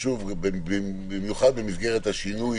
במיוחד במסגרת השינוי,